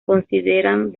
consideran